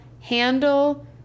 handle